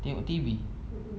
tengok T_V